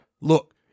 Look